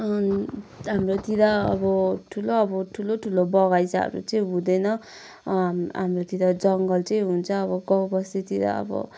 अनि हाम्रो तिर अब ठुलो अब ठुलोठुलो बगैँचाहरू चाहिँ हुँदैन हामी हाम्रोतिर जङ्गल चाहिँ हुन्छ अब गाउँबस्तीतिर अब